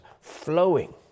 flowing